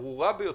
הברורה ביותר,